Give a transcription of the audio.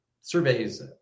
surveys